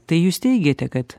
tai jūs teigiate kad